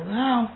now